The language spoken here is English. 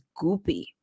goopy